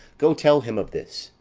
go tell him of this.